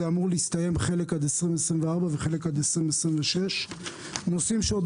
זה אמור להסתיים חלק עד 2024 וחלק עד 2026. נושאים שעוד